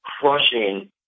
crushing